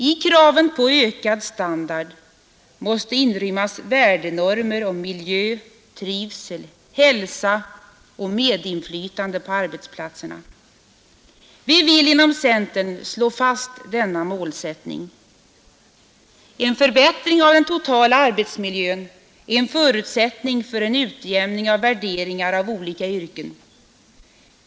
I kraven på ökad standard måste inrymmas värdenormer i fråga om miljö, trivsel, hälsa och medinflytande på arbetsplatserna. Vi vill inom centern slå fast denna målsättning. En förbättring av den totala arbetsmiljön är en förutsättning för en utjämning av värderingar av olika yrken.